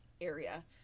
area